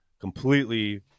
completely –